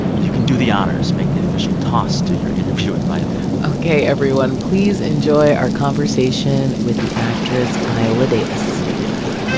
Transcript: you can do the honors. make the official toss to your interview with viola ok, everyone, please enjoy our conversation with the actress viola davis yeah